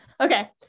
okay